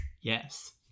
Yes